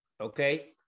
Okay